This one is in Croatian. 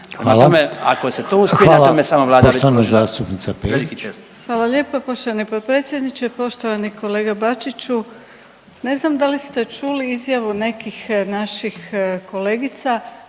Perić. **Perić, Grozdana (HDZ)** Hvala lijepa poštovani potpredsjedniče. Poštovani kolega Bačiću, ne znam da li ste čuli izjavu nekih naših kolegica